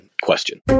question